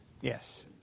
Yes